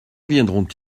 viendront